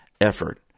effort